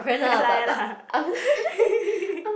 ya lah ya lah